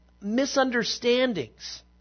misunderstandings